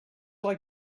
like